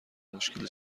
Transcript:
مشکل